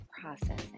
processing